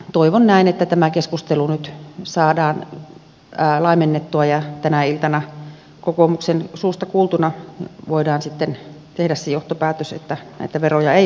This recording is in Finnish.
toivon näin että tämä keskustelu nyt saadaan laimennettua ja tänä iltana kokoomuksen suusta kuultuna voidaan sitten tehdä se johtopäätös että näitä veroja ei ole tulossa